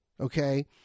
Okay